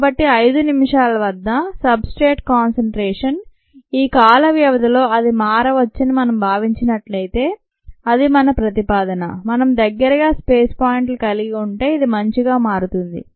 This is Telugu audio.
కాబట్టి 5 నిమిషాల వద్ద సబ్ స్ట్రేట్ కాన్సంట్రేషన్ ఈ కాల వ్యవధిలో అది మారవచ్చని మనం భావించినట్లయితే అది మన ప్రతిపాదన మనం దగ్గరగా స్పేస్ పాయింట్లు కలిగి ఉంటే ఇది మంచిగా మారుతుంది